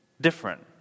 different